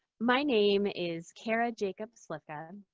my name is kara jacobs slifka,